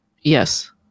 Yes